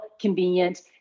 convenient